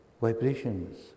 Vibrations